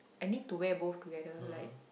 I need to wear both together like